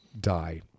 die